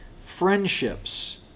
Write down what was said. friendships